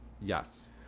Yes